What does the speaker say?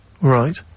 Right